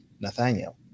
Nathaniel